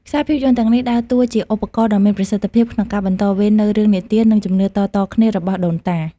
ខ្សែភាពយន្តទាំងនេះដើរតួជាឧបករណ៍ដ៏មានប្រសិទ្ធភាពក្នុងការបន្តវេននូវរឿងនិទាននិងជំនឿតៗគ្នារបស់ដូនតា។